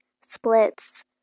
splits